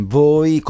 voi